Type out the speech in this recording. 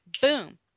boom